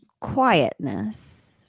quietness